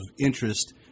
interest